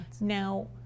Now